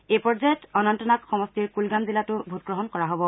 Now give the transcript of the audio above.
এই পৰ্যায়ত অনন্তনাগ সমষ্টিৰ কুলগাম জিলাতো ভোটগ্ৰহণ কৰা হ'ব